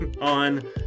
on